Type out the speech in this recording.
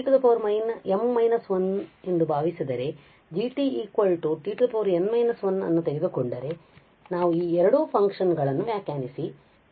ನಾವು ಈ f t M−1 ಎಂದು ಭಾವಿಸಿದರೆ ಮತ್ತು g t n−1 ಅನ್ನು ತೆಗೆದುಕೊಂಡರೆ ಆದ್ದರಿಂದ ನಾವು ಈ ಎರಡು ಫಂಕ್ಷನ್ ಗಳನ್ನು ವ್ಯಾಖ್ಯಾನಿಸುತ್ತೇವೆ